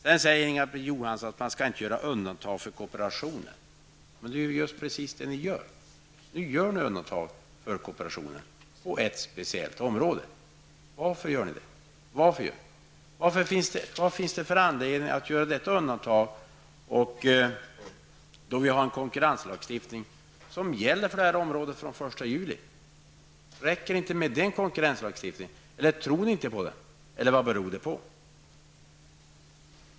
Sedan säger Inga-Britt Johansson att man inte skall göra undantag för kooperationen. Men det är ju just precis det ni gör. Ni gör undantag för kooperationen på ett speciellt område. Varför gör ni det? Vad finns det för anledning att göra detta undantag när vi har en konkurrenslagstiftning som gäller för det här området från den 1 juli? Räcker det inte med den konkurrenslagstiftningen? Tror ni inte på den? Eller vad beror det på?